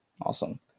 Awesome